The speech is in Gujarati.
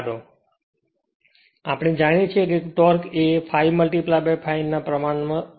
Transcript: તેથી આપણે જાણીએ છીએ કે ટોર્ક ખરેખર ∅∅ ના પ્રમાણમાં છે